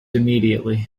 immediately